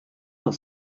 not